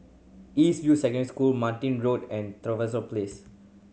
East View Secondary School Martin Road and Trevose Place